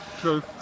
True